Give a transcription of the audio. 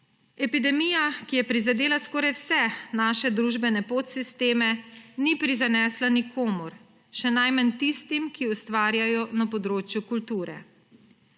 Epidemija, ki je prizadela skoraj vse naše družbene podsisteme, ni prizanesla nikomur, še najmanj tistim, ki ustvarjajo na področju kulture.